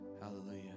Hallelujah